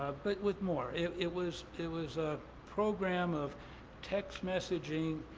but with more. it it was it was a program of text messaging,